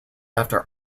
after